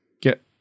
get